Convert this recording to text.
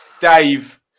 Dave